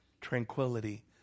tranquility